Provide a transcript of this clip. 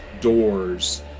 doors